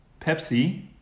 Pepsi